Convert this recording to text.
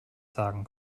sagen